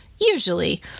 usually